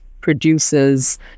produces